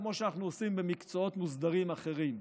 כמו שאנחנו עושים במקצועות מוסדרים אחרים.